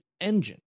engine